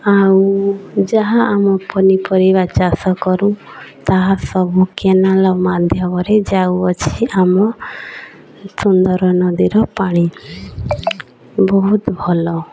ଆଉ ଯାହା ଆମ ପନିପରିବା ଚାଷ କରୁ ତାହା ସବୁ କେନାଲ୍ ମାଧ୍ୟମରେ ଯାଉଅଛି ଆମ ସୁନ୍ଦର ନଦୀର ପାଣି ବହୁତ ଭଲ